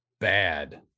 bad